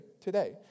today